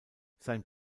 sein